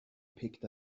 picked